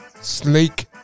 Sleek